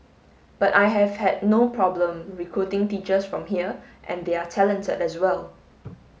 but I have had no problem recruiting teachers from here and they are talented as well